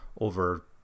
over